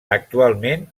actualment